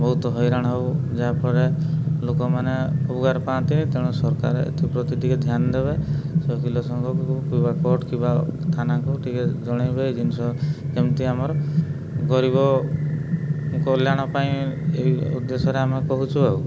ବହୁତ ହଇରାଣ ହେଉ ଯାହାଫଳରେ ଲୋକମାନେ ଉପକାର ପାଆନ୍ତିନି ତେଣୁ ସରକାର ଏଥିପ୍ରତି ଟିକେ ଧ୍ୟାନ ଦେବେ ସେ ଓକିଲ ସଂଘକୁ କିମ୍ବା କୋର୍ଟ କିମ୍ବା ଥାନାକୁ ଟିକେ ଜଣେଇବେ ଏଇ ଜିନିଷ ଯେମିତି ଆମର ଗରିବ କଲ୍ୟାଣ ପାଇଁ ଏଇ ଉଦ୍ଦେଶ୍ୟରେ ଆମେ କହୁଛୁ ଆଉ